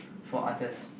for others